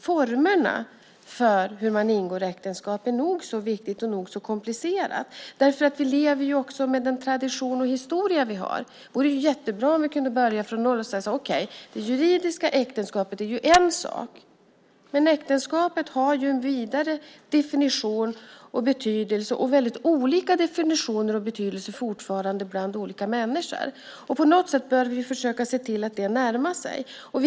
Formerna för hur man ingår äktenskap är nog så viktiga och nog så komplicerade. Vi lever ju också med den tradition och den historia vi har. Det vore jättebra om vi kunde börja från noll och säga att det juridiska äktenskapet är en sak, men äktenskapet har en vidare definition och betydelse och fortfarande väldigt olika definitioner och betydelser för olika människor. På något sätt bör vi försöka se till att de närmar sig varandra.